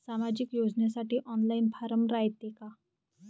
सामाजिक योजनेसाठी online form रायते का?